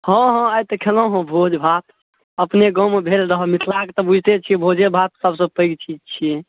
हॅं हॅं आइ तऽ खेलहुॅं हँ भोजभात अपने गाँव मे भेल रहय मिथलाके तऽ बुझिते छियै भोजेभात सभसँ पैघ चीज छियै